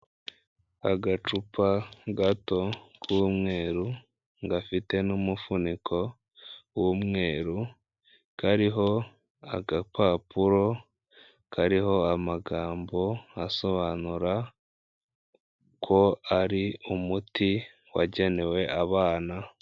Agacupa gato k'umweru gafite n'umufuniko w'umweru kariho agapapuro kariho amagambo asobanura ko ari umuti wagenewe abana.